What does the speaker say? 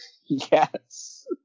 Yes